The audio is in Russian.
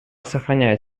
сохраняет